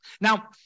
now